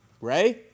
Ray